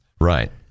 Right